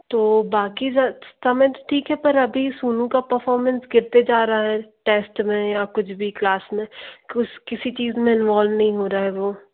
तो बाकी समय तो ठीक है पर अभी सोनू का परफॉरमेंस गिरता जा रहा है टेस्ट में या कुछ भी क्लास में किसी चीज़ में इन्वॉल्व नहीं हो रहा है वह